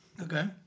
Okay